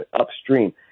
upstream